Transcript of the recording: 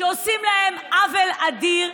שעושים להם עוול נדיר,